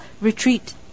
retreat